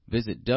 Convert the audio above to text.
Visit